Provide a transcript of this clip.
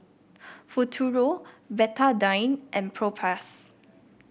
Futuro Betadine and Propass